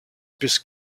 bis